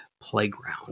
playground